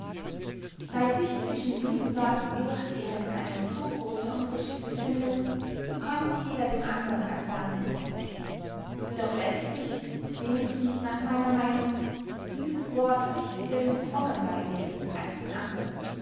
weil sich zwischen diesen leuten durchgehends ein so grosser unterschied befindet so kömmt jeder dem andern als wahnsinnig vor doch läßt sich wenigstens nach meiner meynung dieses wort richtiger den frommen beylegen als den andern